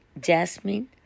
jasmine